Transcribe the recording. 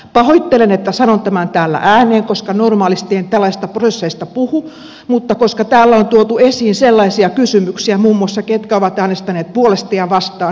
pahoittelen että sanon tämän täällä ääneen koska normaalisti en tällaisista prosesseista puhu mutta täällä on tuotu esiin muun muassa sellaisia kysymyksiä ketkä ovat äänestäneet puolesta ja vastaan